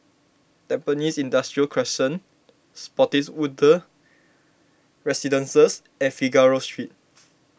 Tampines Industrial Crescent Spottiswoode Residences and Figaro Street